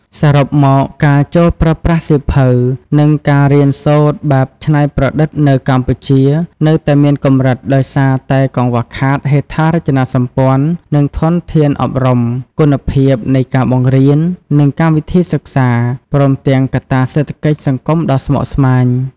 សរុបមក ការចូលប្រើប្រាស់សៀវភៅ និងការរៀនសូត្របែបច្នៃប្រឌិតនៅកម្ពុជានៅតែមានកម្រិតដោយសារតែកង្វះខាតហេដ្ឋារចនាសម្ព័ន្ធ និងធនធានអប់រំ គុណភាពនៃការបង្រៀន និងកម្មវិធីសិក្សា ព្រមទាំងកត្តាសេដ្ឋកិច្ចសង្គមដ៏ស្មុគស្មាញ។